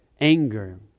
anger